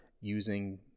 using